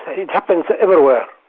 and it happens everywhere.